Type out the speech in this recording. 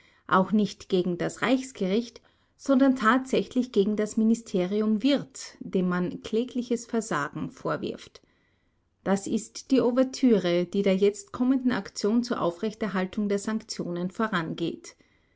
auch nicht gegen das reichsgericht sondern tatsächlich gegen das ministerium wirth dem man klägliches versagen vorwirft das ist die ouvertüre die der jetzt kommenden aktion zur aufrechterhaltung der sanktionen vorangeht